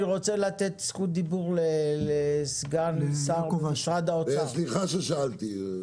אני רוצה לתת זכות דיבור לסגן שר במשרד האוצר --- סליחה ששאלתי.